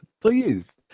Please